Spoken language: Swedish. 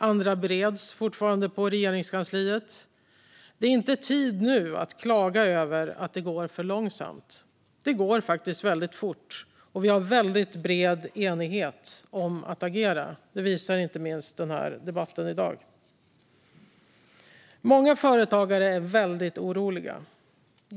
Andra bereds fortfarande på Regeringskansliet. Det är inte tid att nu klaga över att det går för långsamt. Det går faktiskt väldigt fort. Vi har en väldigt bred politisk enighet om att agera. Det visar inte minst debatten i dag. Många företagare är väldigt oroliga.